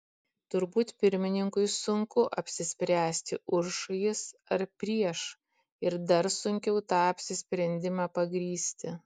turbūt pirmininkui sunku apsispręsti už jis ar prieš ir dar sunkiau tą apsisprendimą pagrįsti